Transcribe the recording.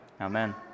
Amen